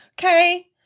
Okay